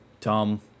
Tom